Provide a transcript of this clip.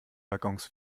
waggons